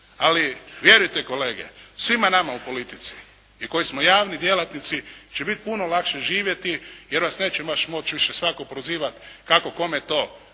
Ali, vjerujte kolege, svima nama u politici, i koji smo javni djelatnici, će biti puno lakše živjeti, jer vas neće baš moći više svatko prozivati, kako kome to